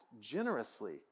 generously